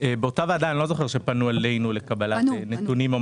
אני לא זוכר שבאותה הוועדה פנו אלינו לקבלת נתונים --- פנו.